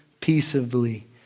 peaceably